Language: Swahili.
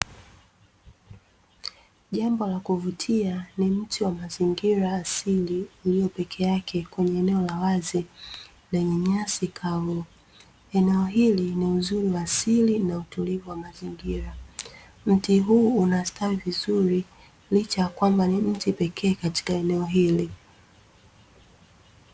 Jangwa la kuvutia na mti wa mazingira asili ulio peke yake kwenye eneo la wazi lenye nyasi kavu, eneo hili ni uzuri wa asili na utulivu wa mazingira. Mti huu unastawi vizuri licha ya kwamba ni mti pekee katika eneo hili.